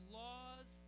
laws